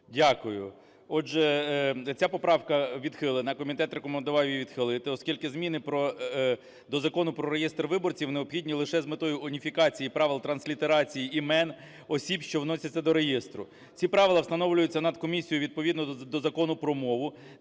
Дякую. Отже, ця поправка відхилена. Комітет рекомендував її відхилити, оскільки зміни до Закону про реєстр виборців необхідні лише з метою уніфікації правил транслітерації імен осіб, що вносяться до реєстру. Ці правила встановлюються Нацкомісією відповідно до Закону про мову,